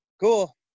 cool